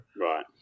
Right